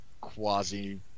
Quasi